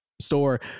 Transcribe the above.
store